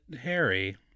Harry